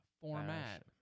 format